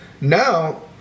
Now